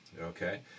Okay